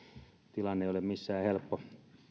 tilanne ei ole missään helppo